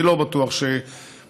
אני לא בטוח שתשלום,